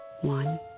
One